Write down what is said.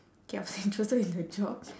K I was interested in the job